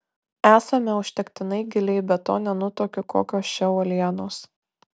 esame užtektinai giliai be to nenutuokiu kokios čia uolienos